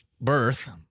birth